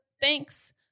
Thanks